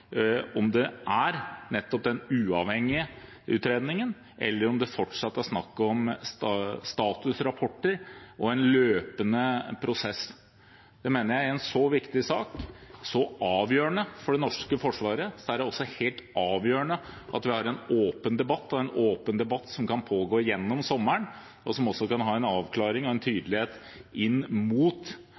om det er nettopp den uavhengige utredningen, eller om det fortsatt er snakk om statusrapporter og en løpende prosess. Jeg mener at i en så viktig sak, så avgjørende for det norske forsvaret, er det også helt avgjørende at vi har en åpen debatt, en åpen debatt som kan pågå gjennom sommeren, og som også kan gi en avklaring og en tydelighet inn mot